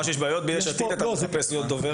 מאז שיש לך בעיות ביש עתיד אתה רוצה מחפש להיות דובר.